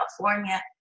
California